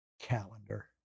calendar